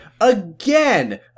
again